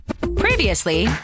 previously